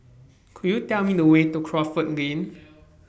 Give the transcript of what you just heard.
Could YOU Tell Me The Way to Crawford Lane